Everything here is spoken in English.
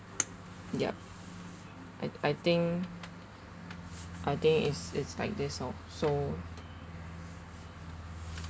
yup I I think I think it's it's like this loh so